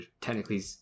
technically